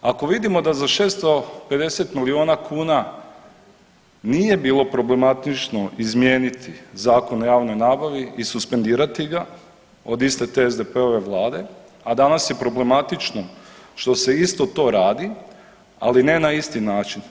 Ako vidimo da za 650 milijuna kuna nije bilo problematično izmijeniti Zakon o javnoj nabavi i suspendirati ga od iste te SDP-ove Vlade, a danas je problematično što se isto to radi, ali ne na isti način.